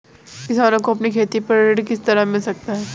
किसानों को अपनी खेती पर ऋण किस तरह मिल सकता है?